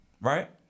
right